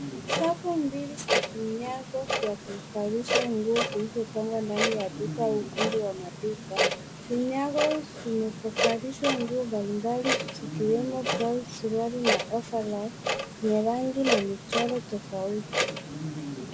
Safu mbili za vinyago vya kuvalishwa nguo vilivyo pangwa ndani ya duka au ukumbi wa maduka. Vinyago vile valishwa nguo mbalimbali zikiwemo blausi, suruali na [cs ] ovaroli [cs ] zenye rangi na michoro tofauti.